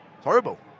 Horrible